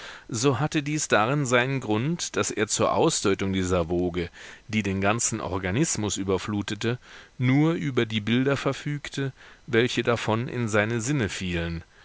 so hatte dies darin seinen grund daß er zur ausdeutung dieser woge die den ganzen organismus überflutete nur über die bilder verfügte welche davon in seine sinne fielen